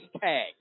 tag